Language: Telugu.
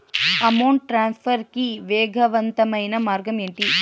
అమౌంట్ ట్రాన్స్ఫర్ కి వేగవంతమైన మార్గం ఏంటి